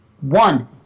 one